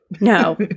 No